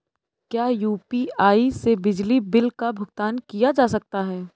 क्या यू.पी.आई से बिजली बिल का भुगतान किया जा सकता है?